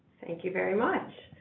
thank you very much.